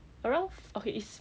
around okay is